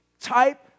type